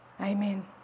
Amen